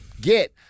get